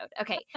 Okay